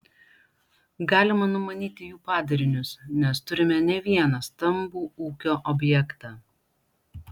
galima numanyti jų padarinius nes turime ne vieną stambų ūkio objektą